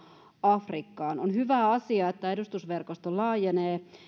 afrikkaan on hyvä asia että edustusverkosto laajenee